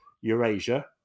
Eurasia